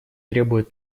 требуют